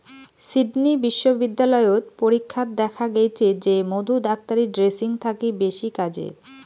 Sydney বিশ্ববিদ্যালয়ত পরীক্ষাত দ্যাখ্যা গেইচে যে মধু ডাক্তারী ড্রেসিং থাকি বেশি কাজের